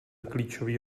klíčový